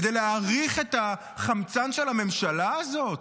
כדי להאריך את החמצן של הממשלה הזאת?